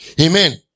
Amen